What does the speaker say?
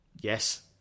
Yes